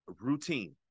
routine